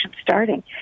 starting